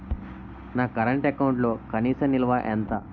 నా కరెంట్ అకౌంట్లో కనీస నిల్వ ఎంత?